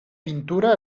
pintura